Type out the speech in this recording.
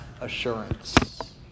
assurance